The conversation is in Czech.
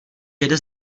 jede